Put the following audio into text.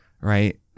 Right